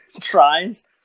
tries